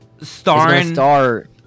Starring